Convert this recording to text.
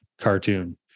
cartoon